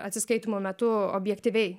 atsiskaitymo metu objektyviai